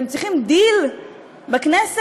והם צריכים דיל בכנסת,